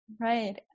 right